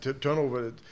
turnover